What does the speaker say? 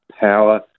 power